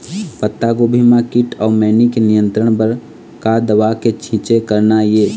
पत्तागोभी म कीट अऊ मैनी के नियंत्रण बर का दवा के छींचे करना ये?